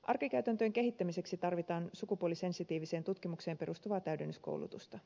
arkikäytäntöjen kehittämiseksi tarvitaan sukupuolisensitiiviseen tutkimukseen perustuvaa täydennyskoulutusta